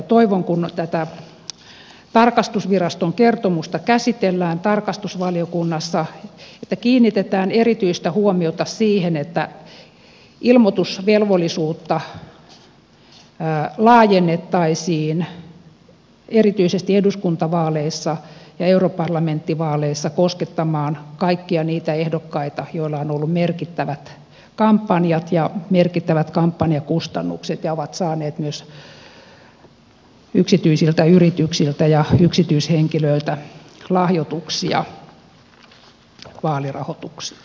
toivon kun tätä tarkastusviraston kertomusta käsitellään tarkastusvaliokunnassa että kiinnitetään erityistä huomiota siihen että ilmoitusvelvollisuutta laajennettaisiin erityisesti eduskuntavaaleissa ja europarlamenttivaaleissa koskettamaan kaikkia niitä ehdokkaita joilla on ollut merkittävät kampanjat ja merkittävät kampanjakustannukset ja jotka ovat saaneet myös yksityisiltä yrityksiltä ja yksityishenkilöiltä lahjoituksia vaalirahoitukseen